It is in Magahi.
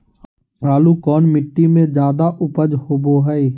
आलू कौन मिट्टी में जादा ऊपज होबो हाय?